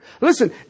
Listen